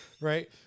right